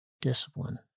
discipline